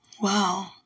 Wow